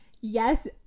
Yes